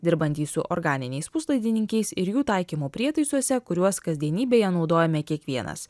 dirbantys su organiniais puslaidininkiais ir jų taikymo prietaisuose kuriuos kasdienybėje naudojame kiekvienas